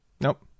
Nope